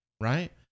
right